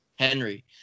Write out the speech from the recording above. henry